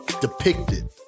depicted